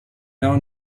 now